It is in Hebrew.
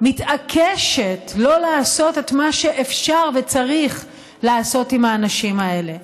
מתעקשת שלא לעשות את מה שאפשר וצריך לעשות עם האנשים האלה,